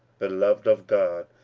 beloved of god,